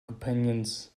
companions